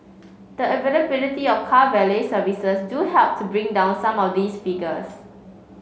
the availability of car valet services do help to bring down some of these figures